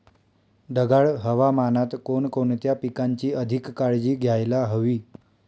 ढगाळ हवामानात कोणकोणत्या पिकांची अधिक काळजी घ्यायला हवी?